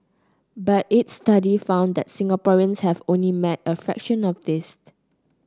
but its study found that Singaporeans have only met a fraction of this